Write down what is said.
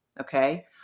okay